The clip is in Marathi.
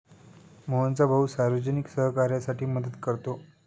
मोहनचा भाऊ सार्वजनिक सहकार्यासाठी मदत करतो